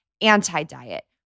Anti-Diet